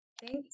Thanks